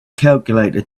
calculator